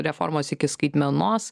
reformos iki skaitmenos